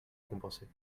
compenser